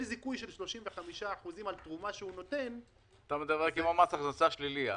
זיכוי של 35% על תרומה שהוא נותן --- אתה אומר: כמו מס הכנסה שלילי.